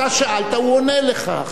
אתה שאלת, הוא עונה לך.